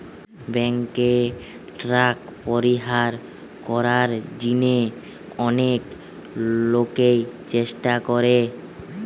বেঙ্কে ট্যাক্স পরিহার করার জিনে অনেক লোকই চেষ্টা করে